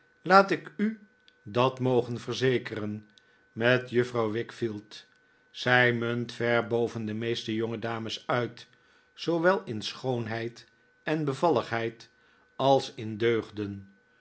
laat ik u dat mogen verzekeren met juffrouw wickfield zij muiit ver boven de meeste jongedames uit zoowel in schoonheid en bevalligheid als in deugden